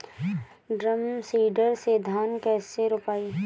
Drum seeder से धान कैसे रोपाई?